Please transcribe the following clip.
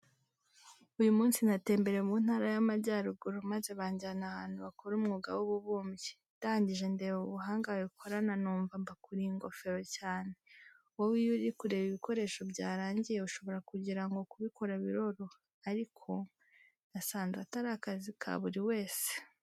Uyu munsi natembereye mu Ntara y'Amajyaruguru maze banjyana ahantu bakora umwuga w'ububumbyi, ndangije ndeba ubuhanga babikorana numva mbakuriye ingofero cyane. Wowe iyo uri kureba ibikoresho byarangiye ushobora kugira ngo kubikora biroroha ariko nasanze atari akazi ka buri wese.